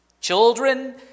Children